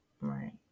Right